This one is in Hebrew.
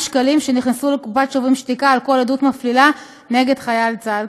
שנכנסו לקופת שוברים שתיקה על כל עדות מפלילה נגד חייל צה״ל.